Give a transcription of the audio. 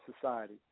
Society